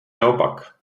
naopak